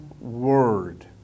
word